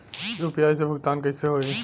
UPI से भुगतान कइसे होहीं?